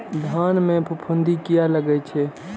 धान में फूफुंदी किया लगे छे?